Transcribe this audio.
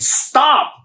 stop